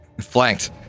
Flanked